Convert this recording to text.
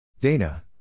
Dana